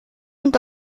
und